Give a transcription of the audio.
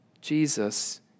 Jesus